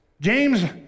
James